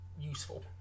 useful